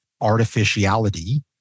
artificiality